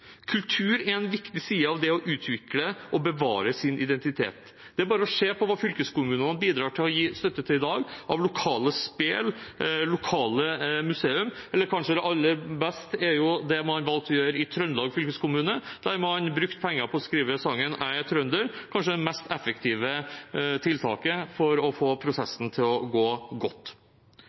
Kultur er en viktig side av det å utvikle og bevare sin identitet. Det er bare å se på hva fylkeskommunene bidrar til å gi støtte til i dag av lokale spel og lokale museum. Aller best er kanskje det man har valgt å gjøre i Trøndelag fylkeskommune, der man har brukt penger på å skrive sangen «Æ e trønder» ? kanskje det mest effektive tiltaket for å få prosessen til å gå godt.